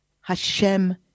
Hashem